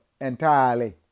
entirely